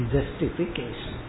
Justification